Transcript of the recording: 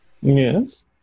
Yes